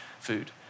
food